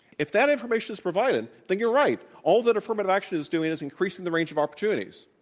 if that information is provided, then you're right, all that affirmative action is doing is increasing the range of opportunities.